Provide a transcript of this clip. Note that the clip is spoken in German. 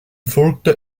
folgte